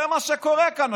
זה מה שקורה כאן.